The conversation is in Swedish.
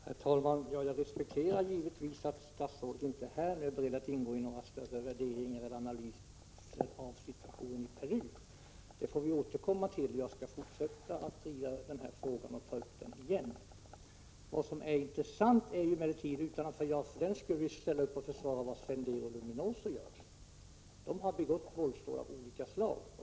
Herr talman! Jag respekterar givetvis att statsrådet inte är beredd att nu gå in på några mer omfattande värderingar eller analyser av situationen i Peru. Det får vi återkomma till. Jag kommer att fortsätta att driva den här frågan, och jag kommer att återigen ta upp den. Vad som är intressant är emellertid — utan att jag för den skull försvarar vad Sendero Luminoso gör — att man har begått våldsdåd av olika slag.